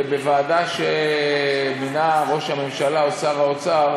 ובוועדה שמינה ראש הממשלה או שר האוצר,